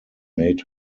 made